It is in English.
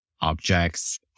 objects